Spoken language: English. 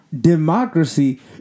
Democracy